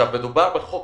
מדובר בחוק.